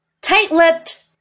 tight-lipped